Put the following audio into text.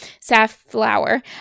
safflower